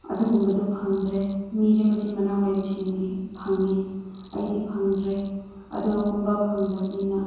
ꯑꯗꯨꯒꯨꯝꯕꯗꯨ ꯐꯪꯗ꯭ꯔꯦ ꯃꯤꯗꯤ ꯃꯆꯤꯟ ꯃꯅꯥꯎ ꯂꯩꯕꯁꯤꯡꯗꯤ ꯐꯪꯏ ꯑꯩꯗꯤ ꯐꯪꯗ꯭ꯔꯦ ꯑꯗꯨꯒꯨꯝꯕ ꯐꯪꯗꯕꯅꯤꯅ